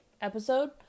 episode